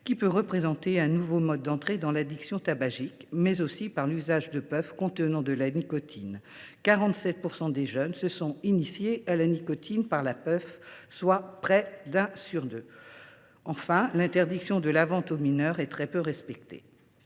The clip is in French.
qui peut représenter un nouveau mode d’entrée dans l’addiction tabagique, mais aussi du fait de l’usage de puffs contenant de la nicotine. Ainsi, 47 % des jeunes se sont initiés à la nicotine par la puff, soit près d’un sur deux. Enfin, l’interdiction de la vente aux mineurs est très peu respectée.